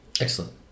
Excellent